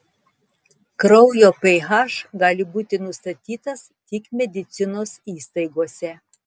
kraujo ph gali būti nustatytas tik medicinos įstaigose